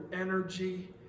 energy